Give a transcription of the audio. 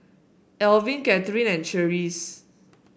Elvin Catharine and Cherise